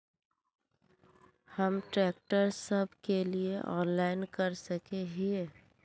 हम ट्रैक्टर सब के लिए ऑनलाइन कर सके हिये?